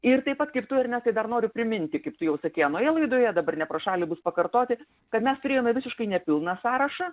ir taip pat kaip tu ernestai dar noriu priminti kaip tu jau sakei anoje laidoje dabar ne pro šalį bus pakartoti kad mes turėjome visiškai nepilną sąrašą